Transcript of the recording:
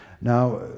Now